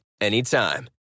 anytime